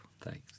Thanks